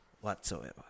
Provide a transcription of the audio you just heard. whatsoever